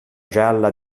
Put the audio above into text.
gialla